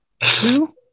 two